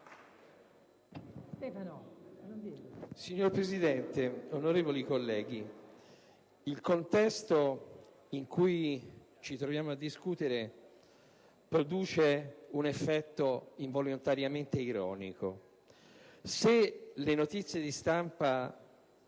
Signor Presidente, onorevoli colleghi, il contesto in cui ci troviamo a discutere produce un effetto involontariamente ironico. Se le notizie di stampa